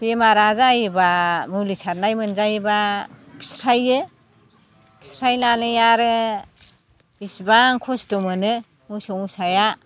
बेमारआ जायोबा मुलि सारनाय मोनजायोबा खिस्रायो खिस्रायनानै आरो इसिबां खस्थ' मोनो मोसौ मोसाया